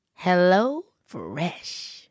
HelloFresh